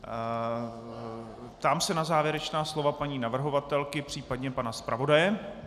Ptám se na závěrečná slova paní navrhovatelky, případně pana zpravodaje.